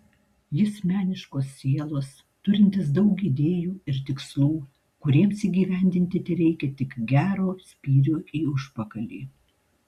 jis meniškos sielos turintis daug idėjų ir tikslų kuriems įgyvendinti tereikia tik gero spyrio į užpakalį